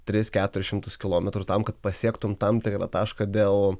tris keturis šimtus kilometrų tam kad pasiektumei tam tikrą tašką dėl